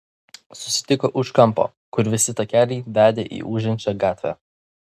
susitiko už kampo kur visi takeliai vedė į ūžiančią gatvę